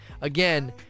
again